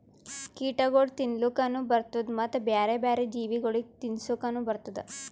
ಕೀಟಗೊಳ್ ತಿನ್ಲುಕನು ಬರ್ತ್ತುದ ಮತ್ತ ಬ್ಯಾರೆ ಬ್ಯಾರೆ ಜೀವಿಗೊಳಿಗ್ ತಿನ್ಸುಕನು ಬರ್ತ್ತುದ